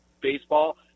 baseball